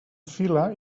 fila